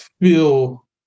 feel